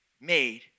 made